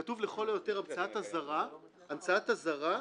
כתוב לכל היותר המצאת אזהרה או דואר רשום.